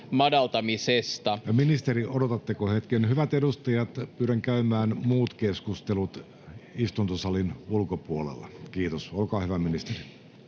Ministeri, odotatteko hetken? — Hyvät edustajat, pyydän käymään muut keskustelut istuntosalin ulkopuolella, kiitos. — Olkaa hyvä, ministeri.